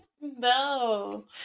No